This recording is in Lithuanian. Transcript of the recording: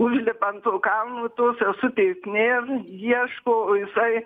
užlipa ant to kalno tos sesutės nėr ieško jisai